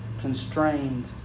constrained